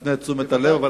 נפנה את תשומת הלב,